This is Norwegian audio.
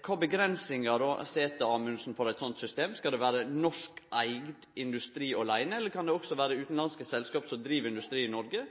Kva for avgrensingar set Amundsen for eit slikt system? Skal det vere norskeigd industri aleine eller kan det også vere utanlandske selskap som driv industri i Noreg?